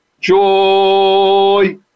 joy